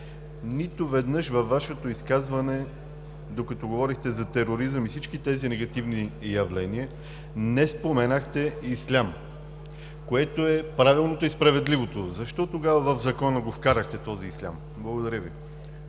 Нито веднъж във Вашето изказване, докато говорехте за тероризъм и всички тези негативни явления, не споменахте „ислям“, което е правилното и справедливото. Защо тогава в Закона го вкарахте този „ислям“? Благодаря Ви.